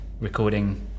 Recording